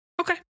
Okay